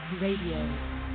Radio